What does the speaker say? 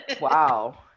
Wow